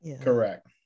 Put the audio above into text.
Correct